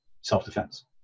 self-defense